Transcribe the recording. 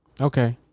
okay